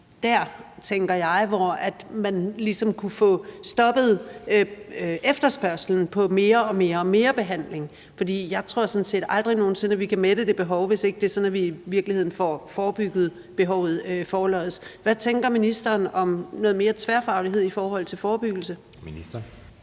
der, tænker jeg, hvor man ligesom kunne få stoppet efterspørgslen på mere og mere behandling, for jeg tror sådan set aldrig nogen sinde, at vi kan mætte det behov, hvis ikke det er sådan, at vi i virkeligheden får forebygget behovet forlods. Hvad tænker ministeren om noget mere tværfaglighed i forhold til forebyggelse? Kl.